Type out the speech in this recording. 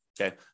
Okay